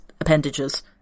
appendages